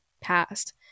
passed